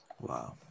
Wow